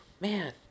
man